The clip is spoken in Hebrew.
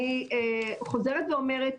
אני חוזרת ואומרת,